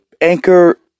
Anchor